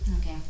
Okay